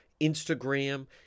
instagram